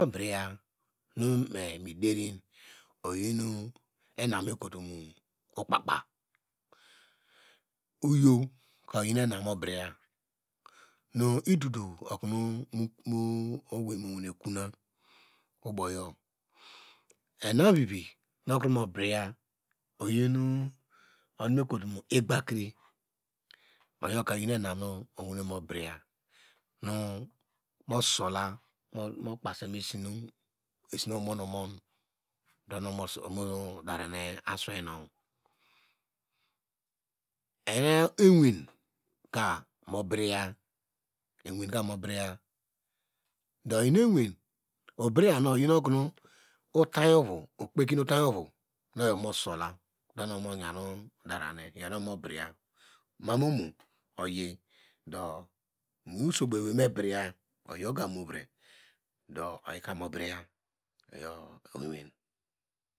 Mobriya nu mi mederin oyin enam me kotom okpa kpa, oyoka oyi enam mobriya nu ldodo okonu owei mowane konu oboyuyo enum vivi no okeomobriya oyino enam mekotomo iybakri oyoka oyi enum no owene mobriya mosolu mokpasene mo esino omo omon nọ ovomudarene aswei nu oyan ewenku mobriya ewenka mobriya dọ inu ewen obriyanu oyin okuno ovany ovu okpeki otany ovu nu oyi ovu mu sola do nu ovomoyan davane mobriya mam omo oyi dọ mowin ogumovre do oyika mobriya.